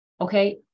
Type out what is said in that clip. Okay